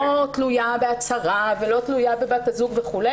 תלויה בהצהרה ולא תלויה בבת הזוג וכו',